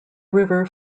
river